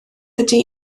ydy